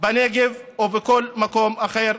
בנגב או בכל מקום אחר.